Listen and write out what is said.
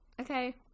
okay